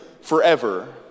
forever